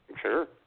Sure